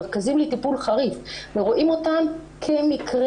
מרכזים לטיפול חריף רואים אותן כמקרים